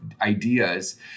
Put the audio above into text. ideas